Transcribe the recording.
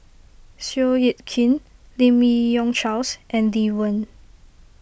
Seow Yit Kin Lim Yi Yong Charles and Lee Wen